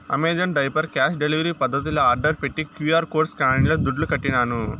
Amazon diaper cash delivery పద్దతిల order పెట్టి QR code స్కానింగ్ల దుడ్లుకట్టినాను